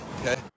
okay